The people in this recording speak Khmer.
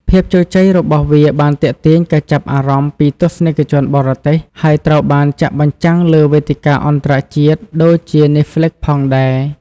ភាពជោគជ័យរបស់វាបានទាក់ទាញការចាប់អារម្មណ៍ពីទស្សនិកជនបរទេស ហើយត្រូវបានចាក់បញ្ចាំងលើវេទិកាអន្តរជាតិដូចជា Netflix ផងដែរ។